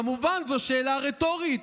כמובן, זו שאלה רטורית,